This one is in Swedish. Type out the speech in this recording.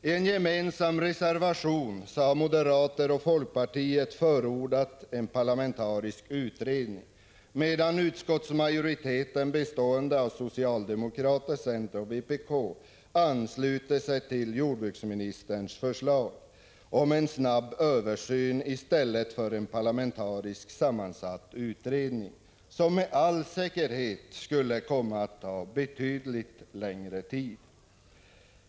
I en gemensam reservation har moderaterna och folkpartiet förordat en parlamentarisk utredning, medan utskottsmajoriteten, bestående av socialdemokrater, centern och vpk, ansluter sig till jordbruksministerns förslag om en snabb översyn i stället för en parlamentariskt sammansatt utredning, som med all säkerhet skulle komma att ta betydligt längre tid.